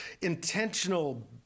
intentional